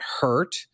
hurt